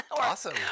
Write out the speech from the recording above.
Awesome